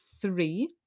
three